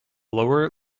lower